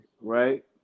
right